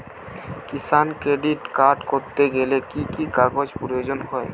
কিষান credit card করতে গেলে কি কি কাগজ প্রয়োজন হয়?